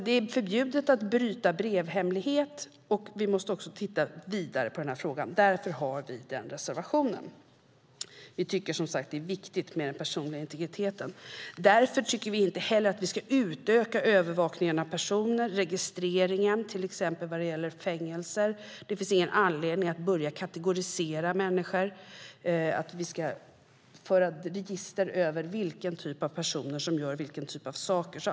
Det är förbjudet att bryta brevhemlighet, och vi måste titta vidare på denna fråga. Därför har vi skrivit en reservation om detta. Vi tycker som sagt att det är viktigt med den personliga integriteten. Därför tycker vi inte heller att vi ska utöka övervakningen av personer, till exempel registreringen vad gäller fängelser. Det finns ingen anledning att börja kategorisera människor och föra register över vilken typ av personer som gör vilken typ av saker.